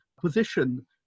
position